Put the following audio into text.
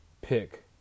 pick